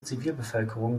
zivilbevölkerung